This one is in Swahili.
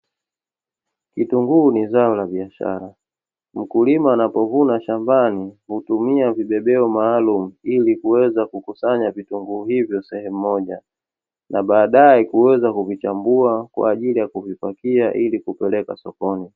Vitunguu ni zao la biashara. Mkulima anapovuna shambani hutumia vibebeo maalumu ili kuweza kukusanya vitunguu hivyo sehemu moja, na baadae kuweza kuvichambua kwa ajili ya kuvipakia ili kupeleka sokoni.